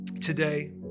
today